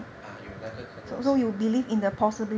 啊有那个可能性